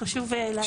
חשוב לציין את זה.